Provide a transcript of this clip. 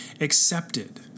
accepted